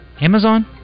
Amazon